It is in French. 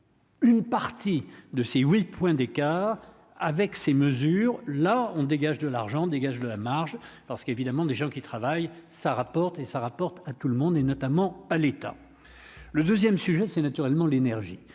Une partie de ses 8 points d'écart avec ces mesures-là on dégage de l'argent, dégage de la marge parce qu'évidemment, des gens qui travaillent, ça rapporte et ça rapporte à tout le monde et notamment à l'État, le 2ème sujet c'est naturellement l'énergie,